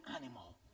animal